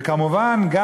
וכמובן גם,